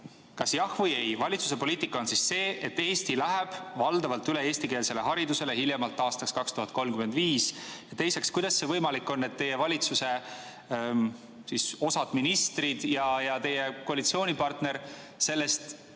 kas jah või ei. Kas valitsuse poliitika on see, et Eesti läheb valdavalt üle eestikeelsele haridusele hiljemalt aastaks 2035? Ja teiseks: kuidas on võimalik, et osa teie valitsuse ministreid ja teie koalitsioonipartner sellest